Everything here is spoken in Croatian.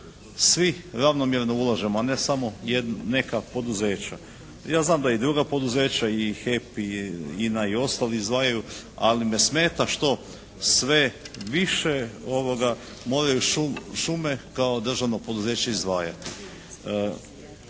svi ravnomjerno ulažemo, a ne samo neka poduzeća. Ja znam da i druga poduzeća i HEP, i INA i ostali izdvajaju, ali me smeta što sve više moraju šume kao državno poduzeće izdvajati,